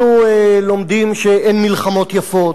אנחנו לומדים שאין מלחמות יפות